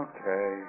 Okay